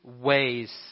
ways